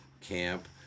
camp